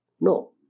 no